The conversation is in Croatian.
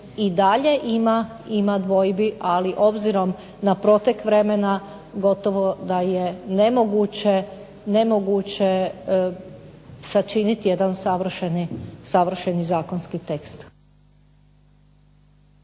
i dalje ima dvojbi, ali obzirom na protek vremena gotovo da je nemoguće sačiniti jedan savršeni zakonski tekst.